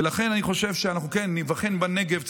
ולכן אני חושב שאנחנו, כן, ניבחן בנגב.